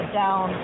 down